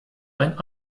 ein